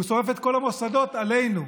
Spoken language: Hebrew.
הוא שורף את כל המוסדות עלינו.